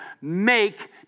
make